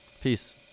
peace